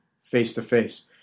face-to-face